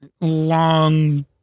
long